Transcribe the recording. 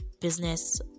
business